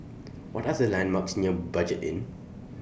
What Are The landmarks near Budget Inn